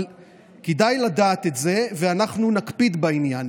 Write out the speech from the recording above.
אבל כדאי לדעת את זה, ואנחנו נקפיד בעניין.